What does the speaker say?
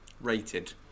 rated